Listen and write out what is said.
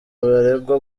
baregwa